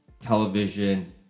television